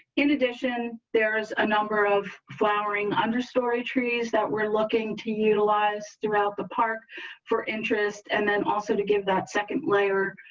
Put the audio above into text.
in addition, there's a number of flowering understory trees that we're looking to utilize throughout the park for interest and then also to give that second layer.